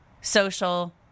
social